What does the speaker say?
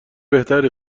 بهتری